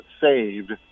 saved